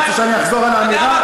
אתה רוצה שאני אחזור על האמירה?